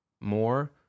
more